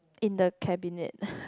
in the cabinet